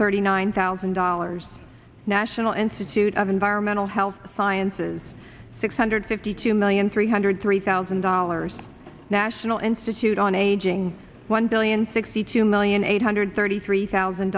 thirty nine thousand dollars national institute of environmental health sciences six hundred fifty two million three hundred three thousand dollars national institute on aging one billion sixty two million eight hundred thirty three thousand